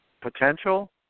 potential